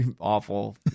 awful